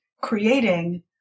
creating